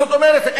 זאת אומרת,